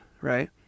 right